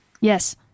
Yes